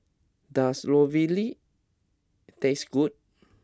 does Ravioli taste good